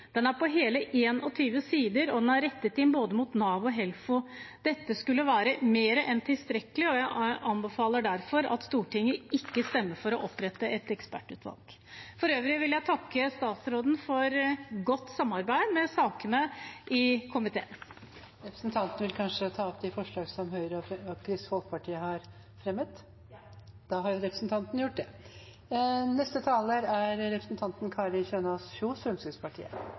Den er på hele 21 sider og er rettet inn mot både Nav og Helfo. Dette skulle være mer enn tilstrekkelig, og jeg anbefaler derfor at Stortinget ikke stemmer for å opprette et ekspertutvalg. For øvrig vil jeg takke statsråden for godt samarbeid i sakene i komiteen. Representanten Kristin Ørmen Johnsen vil kanskje ta opp forslaget fra Høyre og Kristelig Folkeparti? Ja. Representanten Kristin Ørmen Johnsen har tatt opp det